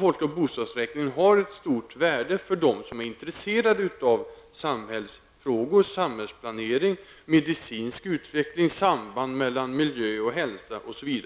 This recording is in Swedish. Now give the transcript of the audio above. Folk och bostadsräkningen har ett stort värde för dem som är intresserade av samhällsfrågor, samhällsplanering, medicinsk utveckling, samband mellan miljö och hälsa osv.